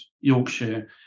Yorkshire